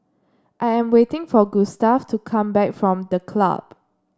I am waiting for Gustaf to come back from The Club